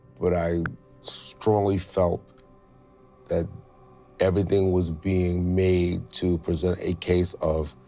but i strongly felt that everything was being made to present a case of.